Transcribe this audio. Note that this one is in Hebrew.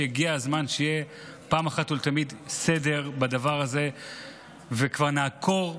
הגיע הזמן שיהיה אחת ולתמיד סדר בדבר הזה וכבר נעקור,